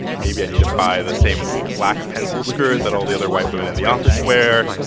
maybe i need to buy the same black pencil skirt that all the other white women in the office wear.